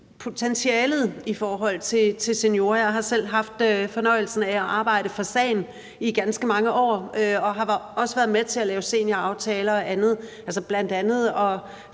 potentialet i forhold til seniorer. Jeg har selv haft fornøjelsen af at arbejde for sagen i ganske mange år og har også været med til at lave senioraftaler og andet,